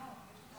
לא.